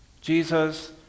Jesus